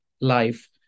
life